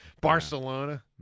Barcelona